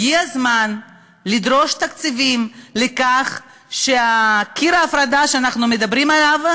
הגיע הזמן לדרוש תקציבים לכך שקיר ההפרדה שאנחנו מדברים עליו,